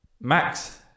Max